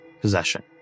possession